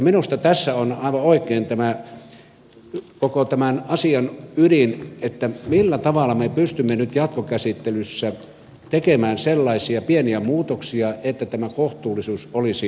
minusta tässä on aivan oikein koko tämän asian ydin millä tavalla me pystymme nyt jatkokäsittelyssä tekemään sellaisia pieniä muutoksia että kohtuullisuus olisi mahdollista